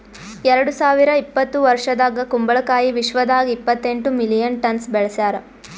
ಎರಡು ಸಾವಿರ ಇಪ್ಪತ್ತು ವರ್ಷದಾಗ್ ಕುಂಬಳ ಕಾಯಿ ವಿಶ್ವದಾಗ್ ಇಪ್ಪತ್ತೆಂಟು ಮಿಲಿಯನ್ ಟನ್ಸ್ ಬೆಳಸ್ಯಾರ್